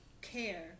Care